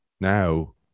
now